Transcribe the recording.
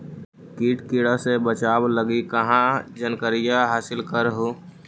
किट किड़ा से बचाब लगी कहा जानकारीया हासिल कर हू?